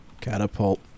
Catapult